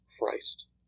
Christ